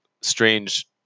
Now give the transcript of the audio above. strange